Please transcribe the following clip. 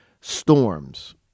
storms